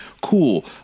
Cool